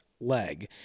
leg